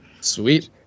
Sweet